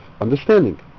understanding